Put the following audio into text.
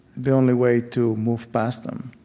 the only way to move past them,